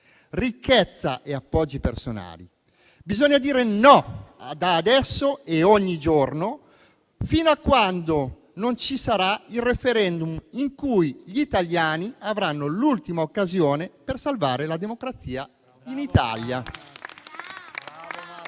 ricchezza e appoggi personali. Bisogna dire no da adesso e ogni giorno fino a quando non ci sarà il *referendum* in cui gli italiani avranno l'ultima occasione per salvare la democrazia in Italia.